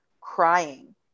crying